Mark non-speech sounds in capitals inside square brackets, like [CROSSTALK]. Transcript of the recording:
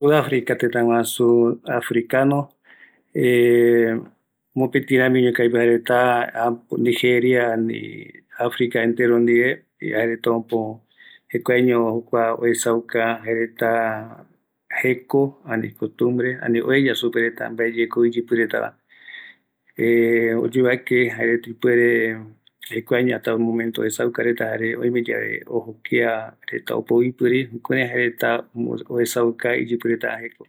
Kua Sud Africa, tëtä guaju africano, [HESITATION] mopëtïramiuñoko aipo jaereta, Nigeria ani Africa entero ndive, jaereta apö, jekueaño jaerta jokua oesauka jaereta, jeko, ani icostumbre, ani oeya mbaeyekou iyïpïreta supeva [HESITATION] oyovake jaereta ipuere, jekuaeño hasta el momento oesaukareta, jare oimeyave ojo kiareta opou ipïri jukurai jaereta oesauka iyïreta jeko.